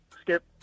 Skip